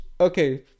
Okay